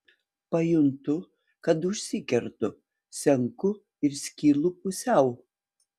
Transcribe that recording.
pajuntu kad užsikertu senku ir skylu pusiau